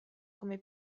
come